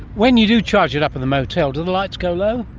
when you do charge it up at the motel, do the lights go low?